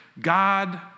God